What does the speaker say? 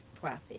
profit